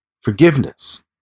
forgiveness